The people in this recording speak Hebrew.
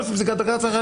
לפי פסיקת בג"ץ אחרת,